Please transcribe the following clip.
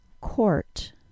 Court